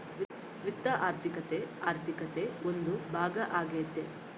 ವಿತ್ತ ಆರ್ಥಿಕತೆ ಆರ್ಥಿಕತೆ ಒಂದು ಭಾಗ ಆಗ್ಯತೆ